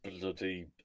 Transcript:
bloody